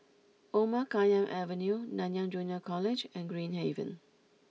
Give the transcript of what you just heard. Omar Khayyam Avenue Nanyang Junior College and Green Haven